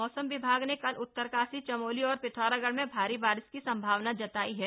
मौसम विभाग ने कल उत्तरकाशी चमोली और पिथौरागढ़ में भारी बारिश की संभावना जताई है